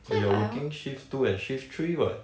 but you're working shift two and shift three what